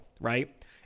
right